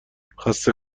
خسته